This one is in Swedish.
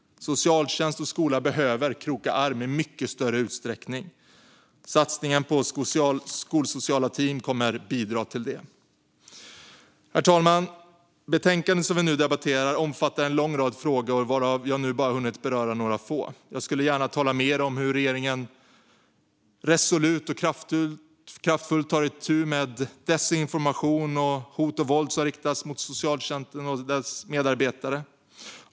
Socialtjänst och skola behöver kroka arm i mycket större utsträckning. Satsningen på skolsociala team kommer att bidra till det. Herr talman! Det betänkande som vi nu debatterar omfattar en lång rad frågor varav jag nu bara hunnit beröra några få. Jag skulle gärna tala mer om hur regeringen resolut och kraftfullt tar itu med desinformation och hot och våld som riktas mot socialtjänsten och dess medarbetare.